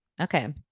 Okay